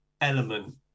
element